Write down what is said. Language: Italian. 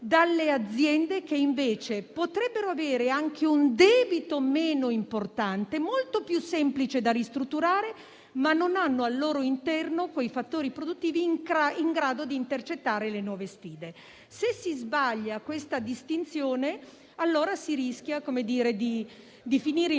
dalle aziende che invece potrebbero avere un debito meno importante e molto più semplice da ristrutturare, ma che non hanno al loro interno quei fattori produttivi in grado di intercettare le nuove sfide. Se si sbaglia questa distinzione, in un contesto in